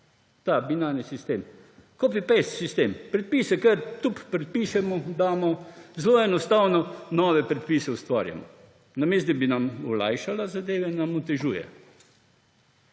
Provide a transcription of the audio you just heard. Binarni sistem, copy-paste sistem! Predpise kar, tup, predpišemo, damo, zelo enostavno nove predpise ustvarjamo. Namesto da bi nam olajšala zadeve, nam jih otežuje.